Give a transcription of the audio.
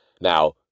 Now